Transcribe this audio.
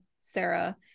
Sarah